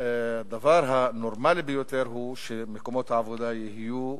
הדבר הנורמלי ביותר הוא שמקומות העבודה יהיו